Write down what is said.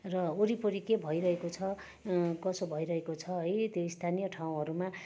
र वरिपरि के भइरहेको छ कसो भइरहेको छ है त्यो स्थानीय ठाउँहरूमा